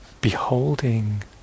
beholding